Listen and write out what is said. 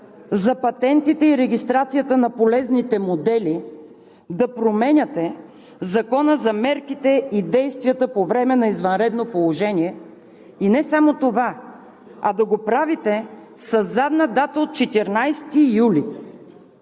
за патентите и регистрацията на полезните модели да променяте Закона за мерките и действията по време на извънредно положение. И не само това, а да го правите със задна дата – от 14 юли